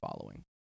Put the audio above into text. following